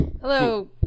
Hello